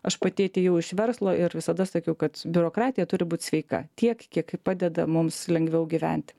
aš pati atėjau iš verslo ir visada sakiau kad biurokratija turi būt sveika tiek kiek padeda mums lengviau gyventi